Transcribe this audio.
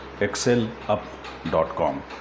excelup.com